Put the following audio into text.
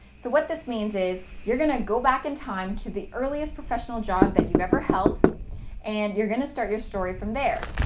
so what this means is, you're going to go back in time to the earliest professional job but you've ever held and you're going to start your story from there.